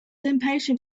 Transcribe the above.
impatient